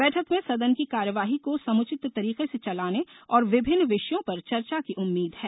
बैठक में सदन की कार्यवाही को समुचित तरीके से चलाने और विभिन्न विषयों पर चर्चा की उम्मीद है